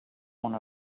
one